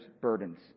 burdens